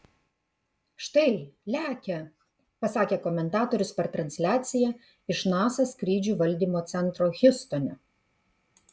štai lekia pasakė komentatorius per transliaciją iš nasa skrydžių valdymo centro hjustone